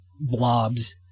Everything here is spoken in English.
blobs